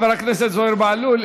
חבר הכנסת זוהיר בהלול,